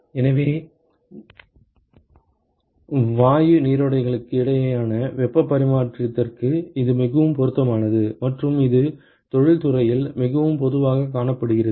எனவே வாயு நீரோடைகளுக்கு இடையேயான வெப்பப் பரிமாற்றத்திற்கு இது மிகவும் பொருத்தமானது மற்றும் இது தொழில்துறையில் மிகவும் பொதுவாகக் காணப்படுகிறது